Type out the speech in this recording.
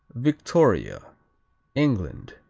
victoria england